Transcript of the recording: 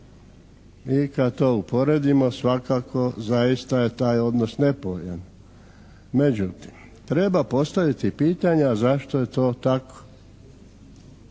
i kad to uporedimo svakako zaista je taj odnos nepovoljan. Međutim, treba postaviti pitanja zašto je to tako?